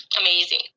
amazing